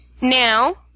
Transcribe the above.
Now